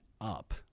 up